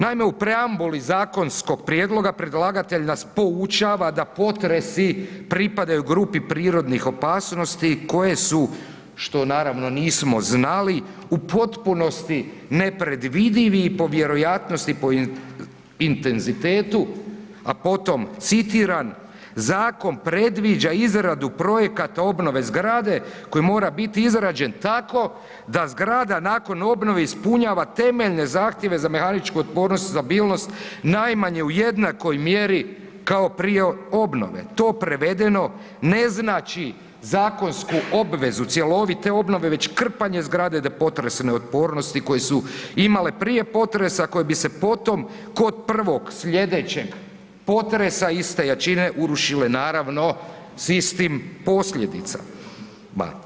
Naime, u preambuli zakonskog prijedloga predlagatelj nas poučava da potresi pripadaju grupi prirodnih opasnosti koje su, što naravno nismo znali, u potpunosti nepredvidivi po vjerojatnosti i intenzitetu, a potom citiram „Zakon predviđa izradu projekata obnove zgrade koji mora biti izrađen tako da zgrada nakon obnove ispunjava temeljne zahtjeve za mehaničku otpornost i stabilnost najmanje u jednakoj mjeri kao prije obnove“, to prevedeno ne znači zakonsku obvezu cjelovite obnove već krpanje zgrade … potresne otpornosti koje su imale prije potresa koje bi se potom kod prvog sljedeće potresa iste jačine urušile, naravno s istim posljedicama.